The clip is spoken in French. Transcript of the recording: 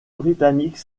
britannique